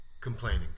complaining